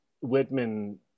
Whitman